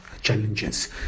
challenges